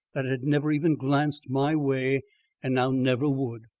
that it had never even glanced my way and now never would.